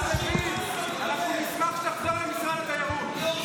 השר לוין, אנחנו נשמח שתחזור למשרד התיירות.